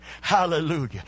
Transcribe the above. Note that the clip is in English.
Hallelujah